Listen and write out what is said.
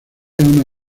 una